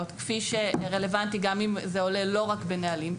כפי שרלוונטי גם אם זה עולה לא רק בנהלים,